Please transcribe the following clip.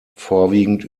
vorwiegend